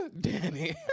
Danny